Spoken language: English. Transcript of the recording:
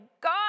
God